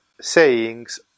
sayings